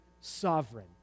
sovereign